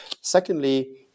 Secondly